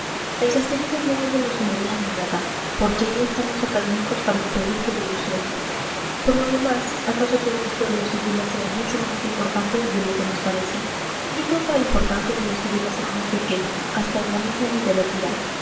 el castellano no evolucionaría nada porque ahí están los académicos para impedir que evolucione por lo demás acaso todo esto de los idiomas sea mucho menos importante de lo que nos parece yo creo que la importancia de los idiomas es muy pequeña hasta en la misma literatura